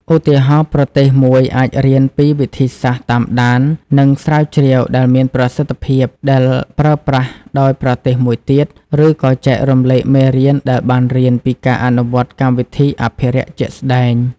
ឧទាហរណ៍ ប្រទេសមួយអាចរៀនពីវិធីសាស្ត្រតាមដាន និងស្រាវជ្រាវដែលមានប្រសិទ្ធភាពដែលប្រើប្រាស់ដោយប្រទេសមួយទៀត ឬក៏ចែករំលែកមេរៀនដែលបានរៀនពីការអនុវត្តកម្មវិធីអភិរក្សជាក់ស្តែង។